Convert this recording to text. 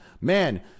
man